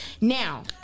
Now